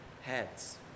heads